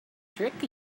trick